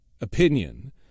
opinion